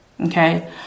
Okay